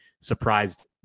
surprised